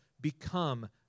become